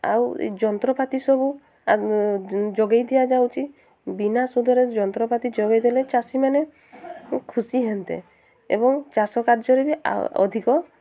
ଆଉ ଏଇ ଯନ୍ତ୍ରପାତି ସବୁ ଯୋଗାଇ ଦିଆଯାଉଛି ବିନା ସୁଧରେ ଯନ୍ତ୍ରପାତି ଯୋଗାଇ ଦେଲେ ଚାଷୀମାନେ ଖୁସି ହେନ୍ତେ ଏବଂ ଚାଷ କାର୍ଯ୍ୟରେ ବି ଅଧିକ